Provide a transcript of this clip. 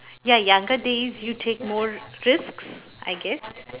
ya younger days you take more risks I guess